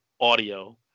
audio